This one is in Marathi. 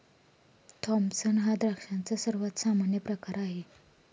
थॉम्पसन हा द्राक्षांचा सर्वात सामान्य प्रकार आहे